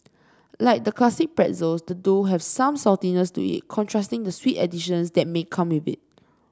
like the classic pretzels the dough has some saltiness to it contrasting the sweet additions that may come with it